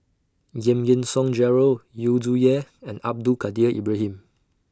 Giam Yean Song Gerald Yu Zhuye and Abdul Kadir Ibrahim